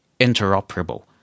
interoperable